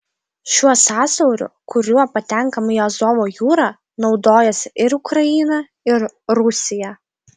šiuo sąsiauriu kuriuo patenkama į azovo jūrą naudojasi ir ukraina ir rusija